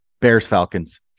Bears-Falcons